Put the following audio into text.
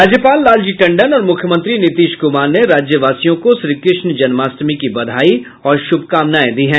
राज्यपाल लालजी टंडन और मुख्यमंत्री नीतीश कुमार ने राज्यवासियों को जन्माष्टमी की बधाई और शुभकामनाएं दी हैं